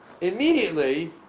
immediately